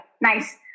Nice